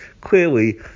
clearly